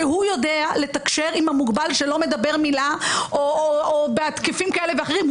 שהוא יודע לתקשר עם המוגבל שלא מדבר מילה או בהתקפים כאלה ואחרים,